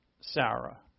sarah